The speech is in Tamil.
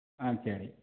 ஆ சரி